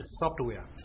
software